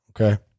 Okay